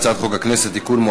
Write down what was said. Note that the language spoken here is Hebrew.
הצעת חוק הכנסת (תיקון,